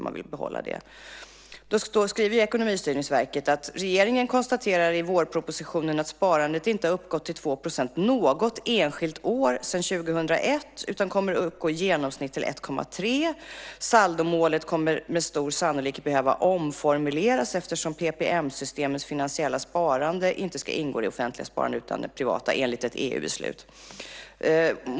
Men Ekonomistyrningsverket skriver: Regeringen konstaterar i vårpropositionen att sparandet inte har uppgått till 2 % något enskilt år sedan 2001, utan det kommer att uppgå i genomsnitt 1,3 %. Saldomålet kommer med stor sannolikhet att behöva omformuleras eftersom PPM-systemets finansiella sparande inte ska ingå i det offentliga sparandet utan i det privata enligt ett EU-beslut.